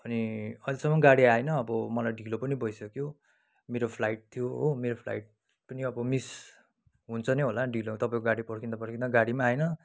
अनि अहिलेसम्म गाडी आएन अब मलाई ढिलो पनि भइसक्यो मेरो फ्लाइट थियो हो मेरो फ्लाइट पनि अब मिस हुन्छ नै होला ढिलो तपाईँको गाडी पर्खिँदा पर्खिँदा गाडी पनि आएन